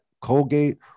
Colgate